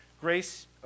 grace